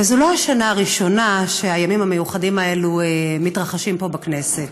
וזו לא השנה הראשונה שהימים המיוחדים האלה מתרחשים פה בכנסת.